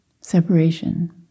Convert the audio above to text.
Separation